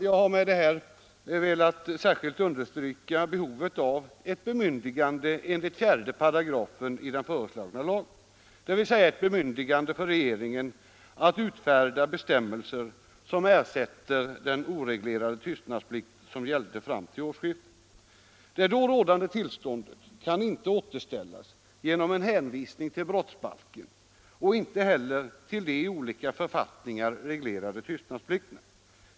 Jag har med det anförda velat särskilt understryka behovet av ett bemyndigande enligt 4 § i den föreslagna lagen, dvs. ett bemyndigande för regeringen att ufärda bestämmelser som ersätter den oreglerade tystnadsplikt som gällde fram till årsskiftet. Det då rådande tillståndet kan inte återställas genom en hänvisning till brottsbalken och inte heller till de i olika författningar reglerade tystnadsplikterna.